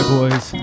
Boys